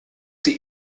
sie